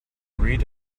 read